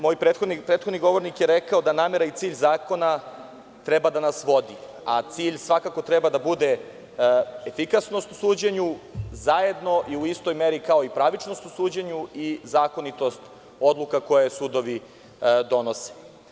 Moj prethodni govornik je rekao da namera i cilj zakona treba da nas vodi, a cilj svakako treba da bude efikasnost u suđenju, zajedno i u istoj meri kao i pravičnost u suđenju i zakonitost odluka koje sudovi donose.